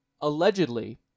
allegedly